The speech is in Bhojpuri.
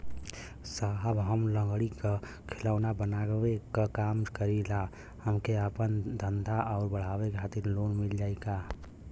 साहब हम लंगड़ी क खिलौना बनावे क काम करी ला हमके आपन धंधा अउर बढ़ावे के खातिर लोन मिल जाई का?